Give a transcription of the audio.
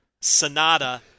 Sonata